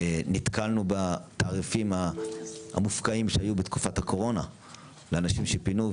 נתקלנו בתעריפים המופקעים שהיו בתקופת הקורונה לאנשים שפינו,